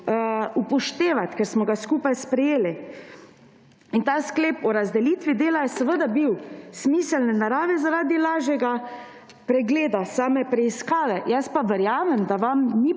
upoštevati, ker smo ga skupaj sprejeli. Ta sklep o razdelitvi dela je seveda smiseln ravno zaradi lažjega pregleda same preiskave. Jaz pa verjamem, da vam ni